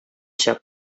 чык